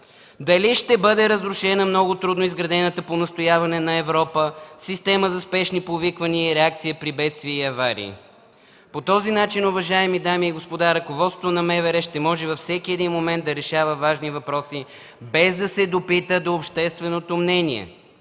дали ще бъде разрушена много трудно изградената по настояване на Европа Система за спешни повиквания и реакция при бедствия и аварии? По този начин, уважаеми дами и господа, ръководството на МВР ще може във всеки един момент да решава важни въпроси, без да се допита до общественото мнение.